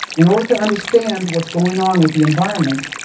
in order to understand what's going on with the environment,